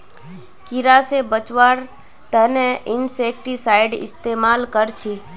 कीड़ा से बचावार तने इंसेक्टिसाइड इस्तेमाल कर छी